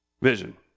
vision